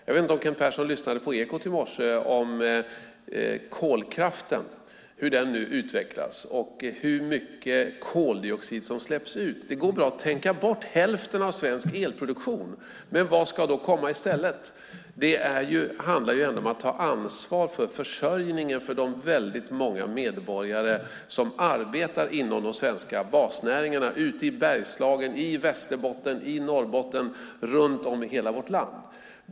Jag vet inte om Kent Persson lyssnade på Ekot i morse om kolkraften, hur den nu utvecklas och hur mycket koldioxid som släpps ut. Det går bra att tänka bort hälften av svensk elproduktion, men vad ska då komma i stället? Det handlar ändå om att ta ansvar för försörjningen för de väldigt många medborgare som arbetar inom de svenska basnäringarna ute i Bergslagen, i Västerbotten, i Norrbotten och runt om i hela vårt land.